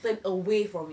turn away from it